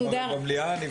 תודה רבה לכלום.